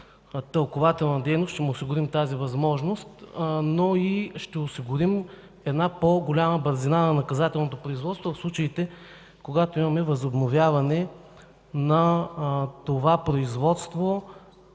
тълкувателна дейност – ние ще му осигурим тази възможност, но и ще осигурим по-голяма бързина на наказателното производство в случаите, когато имаме възобновяване на това производство